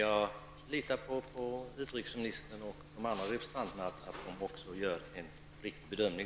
Jag litar emellertid på att utrikesministern och de andra som deltar i överläggningarna därvidlag gör en riktig bedömning.